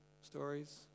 Stories